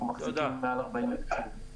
אנחנו מחזיקים מעל 40 מטוסים.